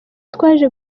twaje